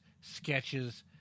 sketches